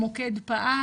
המוקד פעל